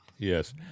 Yes